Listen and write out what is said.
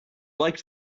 liked